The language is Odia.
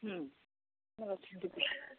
ହୁଁ ଆଉ ଅଛନ୍ତି ପିଲା